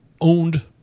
owned